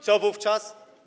Co wówczas?